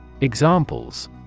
Examples